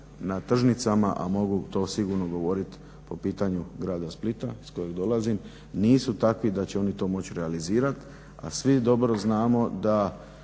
na tržnicama, a mogu to sigurno govoriti po pitanju grada Splita iz kojeg dolazim, nisu takvi da će oni to moći realizirati. Svi dobro znamo da